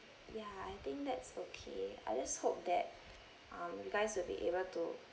ya I think that's okay I just hope that um you guys will be able to